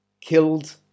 killed